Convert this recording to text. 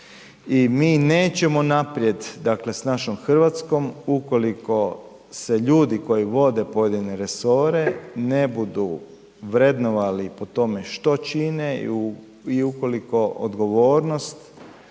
i mi nećemo naprijed s našom Hrvatskom ukoliko se ljudi koji vode pojedine resore ne budu vrednovali po tome što čine i ukoliko odgovornost